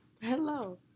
Hello